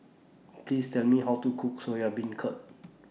Please Tell Me How to Cook Soya Beancurd